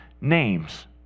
names